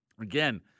again